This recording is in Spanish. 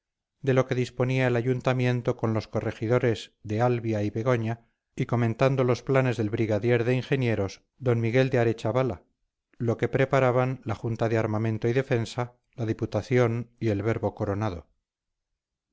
de lo que disponía el ayuntamiento con los corregidores de albia y begoña y comentando los planes del brigadier de ingenieros d miguel de arechavala lo que preparaban la junta de armamento y defensa la diputación y el verbo coronado